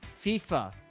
FIFA